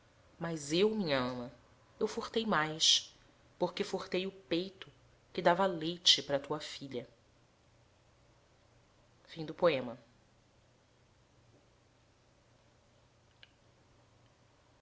mas eu minha ama eu furtei mais porque furtei o peito que dava leite para a tua filha